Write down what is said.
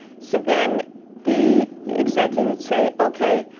so then the executive would say okay,